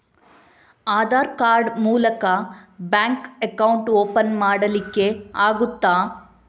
Aadhaar card ಮೂಲಕ bank account open ಮಾಡಲಿಕ್ಕೆ ಆಗುತಾ?